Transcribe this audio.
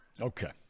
Okay